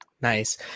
Nice